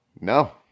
No